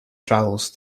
travels